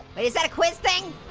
wait is that a quiz thing?